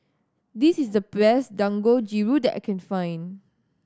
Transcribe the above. this is the best Dangojiru that I can find